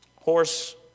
horse